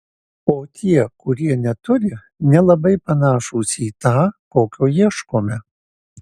o tie kurie neturi nelabai panašūs į tą kokio ieškome